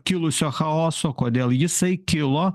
kilusio chaoso kodėl jisai kilo